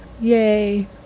Yay